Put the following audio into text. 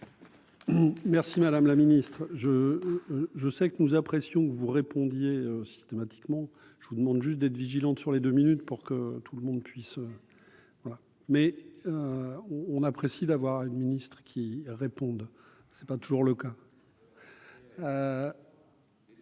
Merci madame la ministre, je, je sais que nous apprécions que vous répondiez systématiquement, je vous demande juste d'être vigilante sur les deux minutes pour que tout le monde puisse voilà mais on on apprécie d'avoir une Ministre qui répondent, c'est pas toujours le cas.